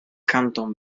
canton